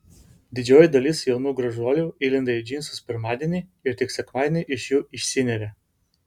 didžioji dalis jaunų gražuolių įlenda į džinsus pirmadienį ir tik sekmadienį iš jų išsineria